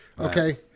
Okay